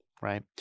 right